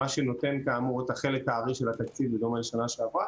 שנותן כאמור את החלק הארי של התקציב בדומה לשנה שעברה,